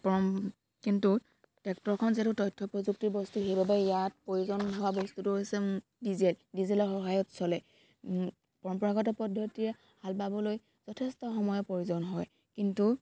পৰম কিন্তু ট্ৰেক্টৰখন যিহেতু তথ্য প্ৰযুক্তিৰ বস্তু সেইবাবে ইয়াত প্ৰয়োজন হোৱা বস্তুটো হৈছে ডিজেল ডিজেলৰ সহায়ত চলে পৰম্পৰাগত পদ্ধতিৰে হাল বাবলৈ যথেষ্ট সময়ৰ প্ৰয়োজন হয় কিন্তু